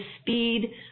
speed